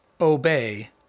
obey